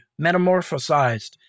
metamorphosized